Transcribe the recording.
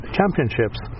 Championships